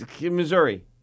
Missouri